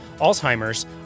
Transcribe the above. Alzheimer's